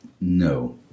No